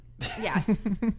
Yes